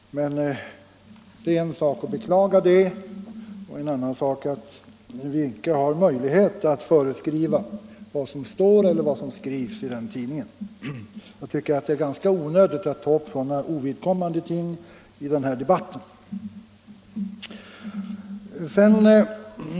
Men det är en sak att beklaga det och en annan sak att vi icke har möjlighet att föreskriva vad som skall stå i den tidningen. Jag tycker det är ganska onödigt att ta upp sådana ovidkommande ting i den här debatten.